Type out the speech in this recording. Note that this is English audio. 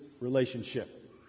relationship